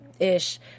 ish